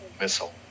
missile